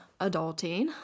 adulting